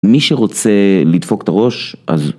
מי שרוצה לדפוק את הראש אז.